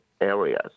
areas